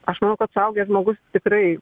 aš manau kad suaugęs žmogus tikrai